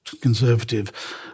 Conservative